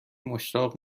مشتاق